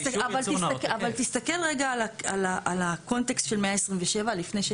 אבל תסתכל רגע על הקונטקסט של 127 לפני,